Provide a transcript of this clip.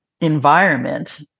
environment